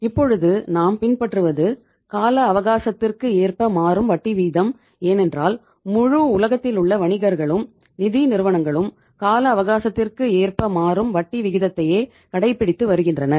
இப்பொழுது நாம் பின்பற்றுவது கால அவகாசத்திற்கு ஏற்ப மாறும் வட்டி விகிதம் ஏனென்றால் முழு உலகத்திலுள்ள வணிகர்களும் நிதி நிறுவனங்களும் கால அவகாசத்திற்கு ஏற்ப மாறும் வட்டி விகிதத்தையே கடைபிடித்துக் வருகின்றனர்